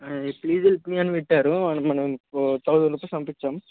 అది please help me అని పెట్టారు మనం ఇంకో థౌజండ్ రూపీస్ పంపించాము